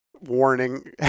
Warning